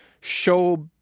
show